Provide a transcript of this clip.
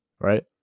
right